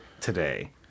today